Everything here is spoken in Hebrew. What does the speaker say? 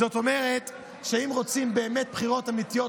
זאת אומרת שאם רוצים באמת בחירות אמיתיות,